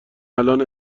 الان